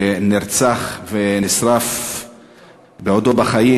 שנרצח ונשרף בעודו בחיים,